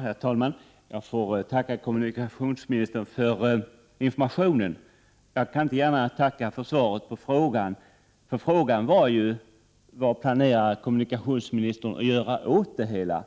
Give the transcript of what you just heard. Herr talman! Jag får tacka kommunikationsministern för informationen. Jag kan inte gärna tacka för svaret på frågan, för frågan var ju: Vad planerar kommunikationsministern att göra åt det hela?